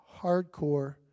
hardcore